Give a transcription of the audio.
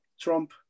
Trump